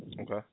Okay